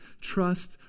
trust